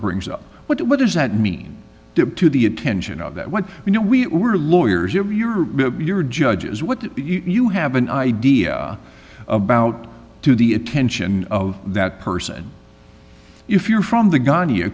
brings up what does that mean dip to the attention of that when you know we were lawyers your your your judges what do you have an idea about to the attention of that person if you're from the g